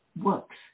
works